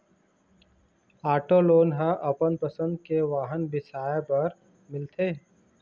auto loan ह अपन पसंद के वाहन बिसाए बर मिलथे